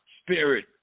spirit